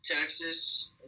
Texas